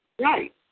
Right